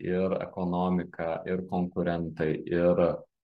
ir ekonomika ir konkurentai ir